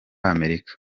amerika